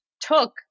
took